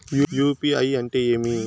UPI అంటే ఏమి?